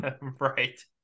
Right